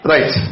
Right